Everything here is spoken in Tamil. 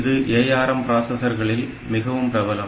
இது ARM பிராசஸர்களில் மிகவும் பிரபலம்